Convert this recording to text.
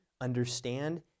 understand